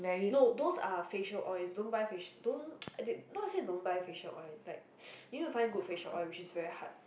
no those are facial oils don't buy face~ don't buy not say don't buy facial oil like you need to find a good facial oil which is very hard